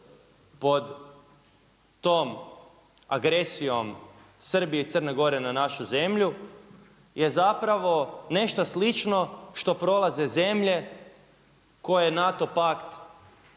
pod tom agresijom Srbije i Crne Gore na našu zemlju je zapravo nešto slično što prolaze zemlje koje NATO pakt